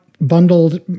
bundled